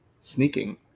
sneaking